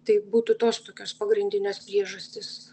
tai būtų tos tokios pagrindinės priežastys